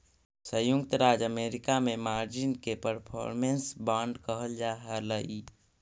संयुक्त राज्य अमेरिका में मार्जिन के परफॉर्मेंस बांड कहल जा हलई